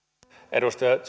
edustaja